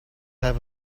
have